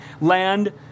land